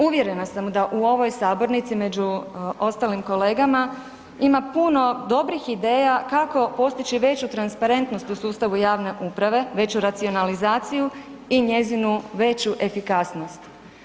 Uvjerena sam da u ovoj sabornici među ostalim kolegama ima puno dobrih ideja kako postići veću transparentnost u sustavu javne uprave, veću racionalizaciju i njezinu veću efikasnost.